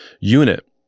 unit